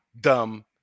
dumb